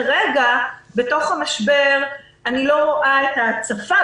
כרגע בתוך המשבר אני לא רואה הצפה.